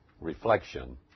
reflection